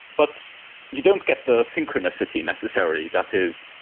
but you don't get the synchronicity necessarily. that is